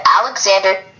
Alexander